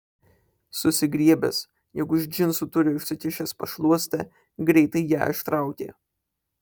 susigriebęs jog už džinsų turi užsikišęs pašluostę greitai ją ištraukė